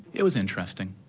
it was interesting'.